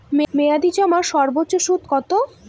মেয়াদি জমার সর্বোচ্চ সুদ কতো?